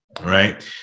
right